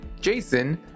Jason